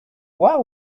why